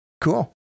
Cool